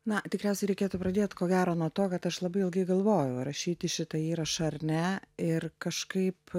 na tikriausiai reikėtų pradėt ko gero nuo to kad aš labai ilgai galvojau ar rašyti šitą įrašą ar ne ir kažkaip